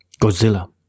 Godzilla